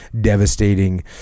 devastating